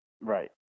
Right